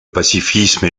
pacifisme